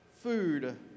Food